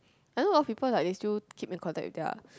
I know a lot of people like they still keep in contact with their